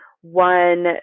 One